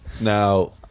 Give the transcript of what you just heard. Now